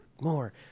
more